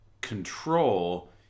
control